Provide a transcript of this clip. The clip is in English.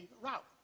route